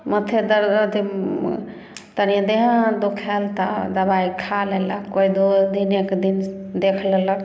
माथे दर्द अथी तनी देहे हाथ दुखैल तऽ दबाइ खा लेलक कोइ दू दिन एक दिन देख लेलक